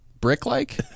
Brick-like